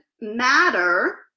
matter